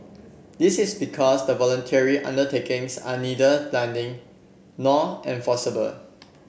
this is because the voluntary undertakings are neither binding nor enforceable